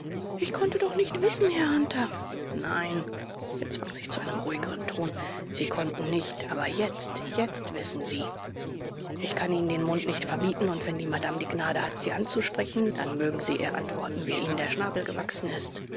ich konnte doch nicht wissen herr hunter nein er zwang sich zu einem ruhigeren ton sie konnten nicht aber jetzt jetzt wissen sie ich kann ihnen den mund nicht verbieten und wenn die madame die gnade hat sie anzusprechen dann mögen sie ihr antworten wie ihnen der schnabel gewachsen ist